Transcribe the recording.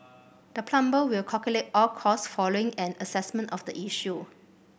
the plumber will calculate all costs following an assessment of the issue